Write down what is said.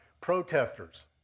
protesters